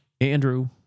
Andrew